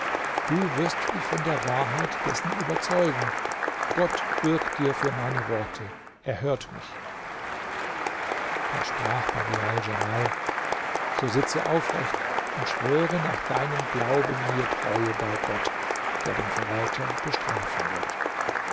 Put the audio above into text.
du wirst dich von der wahrheit dessen überzeugen gott bürgt dir für meine worte er hört mich da sprach badial djamal so sitze aufrecht und schwöre nach deinem glauben mir treue bei gott der den verräter bestrafen wird